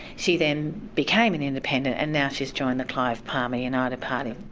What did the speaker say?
she then became an independent, and now she's joined the clive palmer united party.